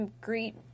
greet